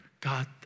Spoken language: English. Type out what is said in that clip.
God